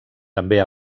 també